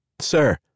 Sir